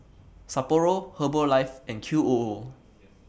Sapporo Herbalife and Q O O